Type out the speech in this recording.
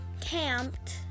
camped